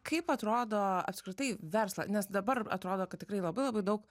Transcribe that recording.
kaip atrodo apskritai verslą nes dabar atrodo kad tikrai labai labai daug